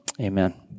amen